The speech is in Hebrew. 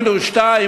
מינוס 2,